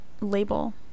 label